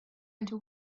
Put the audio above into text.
into